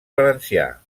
valencià